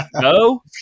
go